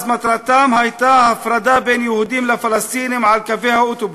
אז מטרתם הייתה הפרדה בין יהודים לפלסטינים בקווי האוטובוסים.